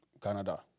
Canada